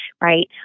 right